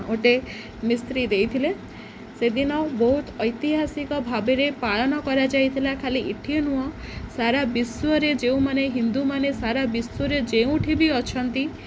ଗୋଟେ ମିସ୍ତ୍ରୀ ଦେଇଥିଲେ ସେଦିନ ବହୁତ ଐତିହାସିକ ଭାବରେ ପାଳନ କରାଯାଇଥିଲା ଖାଲି ଇଠି ନୁହଁ ସାରା ବିଶ୍ୱରେ ଯେଉଁମାନେ ହିନ୍ଦୁମାନେ ସାରା ବିଶ୍ୱରେ ଯେଉଁଠି ବି ଅଛନ୍ତି